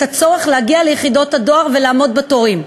הצורך להגיע ליחידות הדואר ולעמוד בתורים,